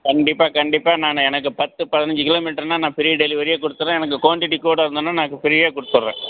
கண்டிப்பாக கண்டிப்பாக நான் எனக்கு பத்து பதினஞ்சு கிலோமீட்ருன்னால் நான் ஃப்ரீ டெலிவரியே கொடுத்துர்றேன் எனக்கு குவாண்டிட்டி கூட இருந்தன்னால் நான் கு ஃப்ரீயே கொடுத்துர்றேன்